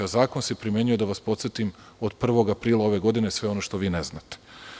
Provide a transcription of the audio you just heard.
A zakon se primenjuje, da vas podsetim, od 1. aprila ove godine, sve ono što vi ne znate.